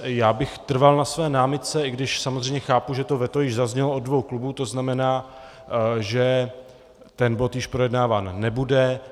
Já bych trval na své námitce, i když samozřejmě chápu, že to veto již zaznělo od dvou klubů, to znamená, že ten bod již projednáván nebude.